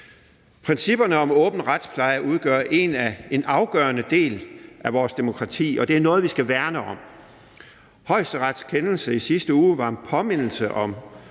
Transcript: Principperne om åben retspleje udgør en afgørende del af vores demokrati, og det er noget, vi skal værne om. Højesterets kendelse i sidste uge var en påmindelse om